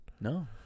no